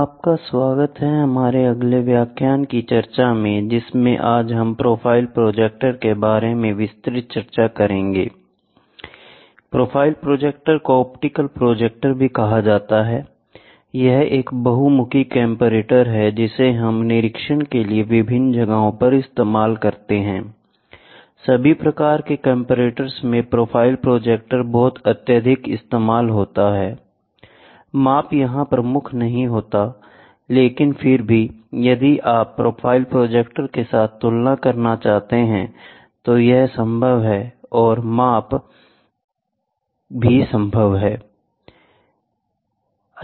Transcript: आपका स्वागत है हमारे अगले व्याख्यान की चर्चा में जिसमें आज हम प्रोफाइल प्रोजेक्टर के बारे में विस्तृत चर्चा करेंगे I प्रोफाइल प्रोजेक्टर को ऑप्टिकल प्रोजेक्टर भी कहा जाता है यह एक बहुमुखी कंपैरेटर है जिसे हम निरीक्षण के लिए विभिन्न जगहों पर इस्तेमाल करते हैं I सभी प्रकार के कंपैरेटर्स में प्रोफाइल प्रोजेक्टर बहुत अत्यधिक इस्तेमाल होता है I माप यहां प्रमुख नहीं हैं लेकिन फिर भी यदि आप प्रोफ़ाइल प्रोजेक्टर के साथ तुलना करना चाहते हैं तो यह संभव है और माप भी संभव है